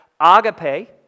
agape